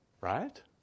Right